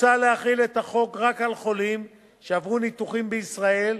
מוצע להחיל את החוק רק על חולים שעברו ניתוחים בישראל,